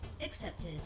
accepted